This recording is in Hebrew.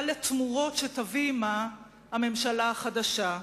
לתמורות שתביא עמה הממשלה החדשה.